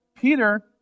Peter